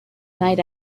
night